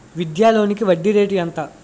విద్యా లోనికి వడ్డీ రేటు ఎంత?